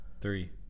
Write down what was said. Three